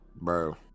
Bro